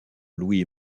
louis